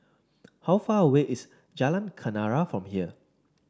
how far away is Jalan Kenarah from here